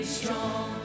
strong